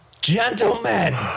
Gentlemen